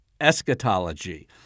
eschatology